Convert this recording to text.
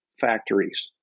factories